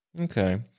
Okay